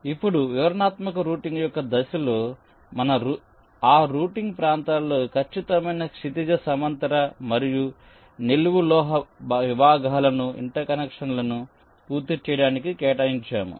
కాబట్టి ఇప్పుడు వివరణాత్మక రూటింగ్ యొక్క దశలో మన ఆ రూటింగ్ ప్రాంతాలలో ఖచ్చితమైన క్షితిజ సమాంతర మరియు నిలువు లోహ విభాగాలను ఇంటర్ కనెక్షన్లను పూర్తి చేయడానికి కేటాయించాము